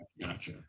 Gotcha